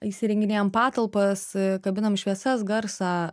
įsirenginėjam patalpas kabinam šviesas garsą